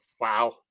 Wow